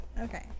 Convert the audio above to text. Okay